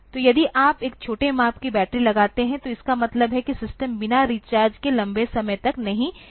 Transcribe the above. तो यदि आप एक छोटे माप की बैटरी लगाते हैं तो इसका मतलब है कि सिस्टम बिना रिचार्ज के लंबे समय तक नहीं चल पाएगा